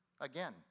Again